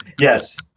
Yes